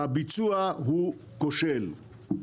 הביצוע הוא כושל.